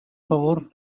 favor